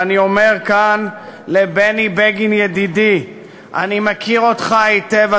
ואני אומר כאן לבני בגין ידידי: אני מכיר אותך היטב,